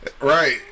right